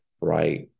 right